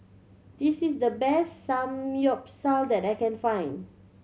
this is the best Samgyeopsal that I can find